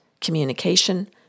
communication